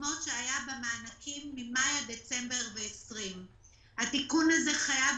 כמו שהיה במענקים ממאי עד דצמבר 20'. התיקון הזה חייב